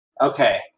Okay